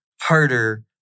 harder